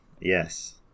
Yes